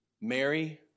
Mary